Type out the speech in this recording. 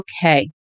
Okay